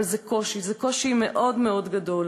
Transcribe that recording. אבל זה קושי, זה קושי מאוד מאוד גדול.